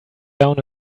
down